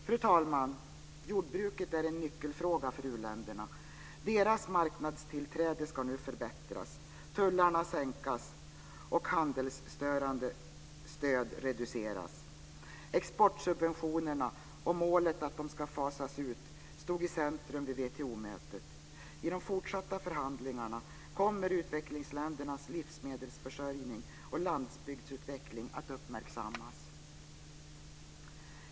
Fru talman! Jordbruket är en nyckelfråga för uländerna. Deras marknadstillträde ska nu underlättas, tullarna sänkas och handelsstörande stöd reduceras. Exportsubventionerna, och målet att de ska fasas ut, stod i centrum vid WTO-mötet. I de fortsatta förhandlingarna kommer utvecklingsländernas livsmedelsförsörjning och landsbygdsutvecklingen att uppmärksammas.